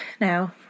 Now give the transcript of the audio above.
now